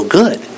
good